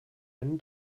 einen